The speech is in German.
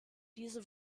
diese